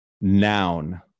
noun